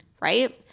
right